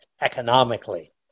economically